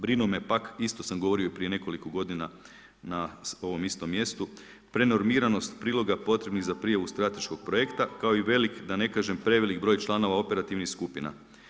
Brinu me pak, isto sam govorio i prije nekoliko godina na ovom istom mjestu, prenormiranost priloga potrebnih za prijavu strateškog projekta kao i velik da ne kažem, prevelik broj članova operativnih skupina.